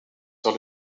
sur